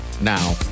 now